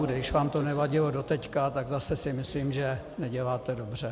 Když vám to nevadilo doteď, tak si zase myslím, že neděláte dobře.